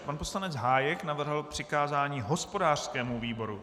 Pan poslanec Hájek navrhl přikázání hospodářskému výboru.